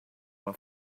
uma